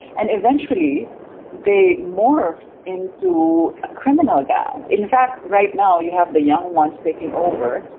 and eventually they morph into a criminal gang. in fact right now you have the young ones taking over.